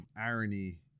irony